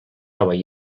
nova